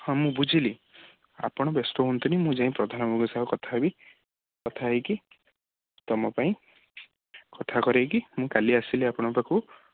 ହଁ ମୁଁ ବୁଝିଲି ଆପଣ ବ୍ୟସ୍ତ ହୁଅନ୍ତୁନି ମୁଁ ଯାଇ ପ୍ରଧାନ ବାବୁଙ୍କ ସହ କଥା ହେବି କଥା ହୋଇକି ତମ ପାଇଁ କଥା କରେଇକି ମୁଁ କାଲି ଆସିଲେ ଆପଣଙ୍କ ପାଖକୁ